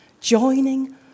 joining